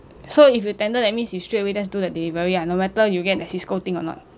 so if you tender that means you straightaway just do the delivery ah no matter you get the CISCO thing or not